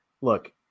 look